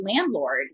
landlord